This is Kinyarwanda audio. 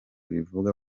bivuga